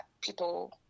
people